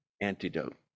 antidote